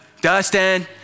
Dustin